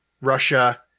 Russia